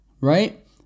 right